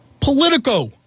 Politico